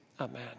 amen